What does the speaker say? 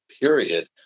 period